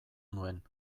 nuen